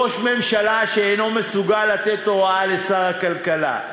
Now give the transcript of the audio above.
ראש ממשלה שאינו מסוגל לתת הוראה לשר הכלכלה,